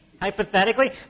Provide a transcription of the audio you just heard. hypothetically